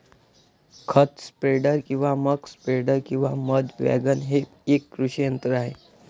खत स्प्रेडर किंवा muck spreader किंवा मध वॅगन हे एक कृषी यंत्र आहे